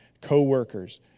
co-workers